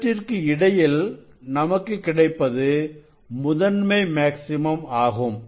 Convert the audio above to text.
இவற்றிற்கு இடையில் நமக்கு கிடைப்பது முதன்மை மேக்ஸிமம் ஆகும்